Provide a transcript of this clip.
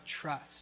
trust